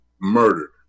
murdered